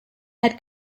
head